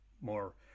more